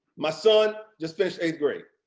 my son just finished eighth grade,